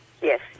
Yes